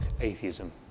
atheism